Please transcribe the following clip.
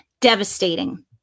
Devastating